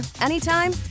anytime